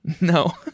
No